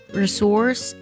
resource